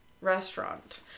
restaurant